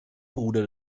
bruder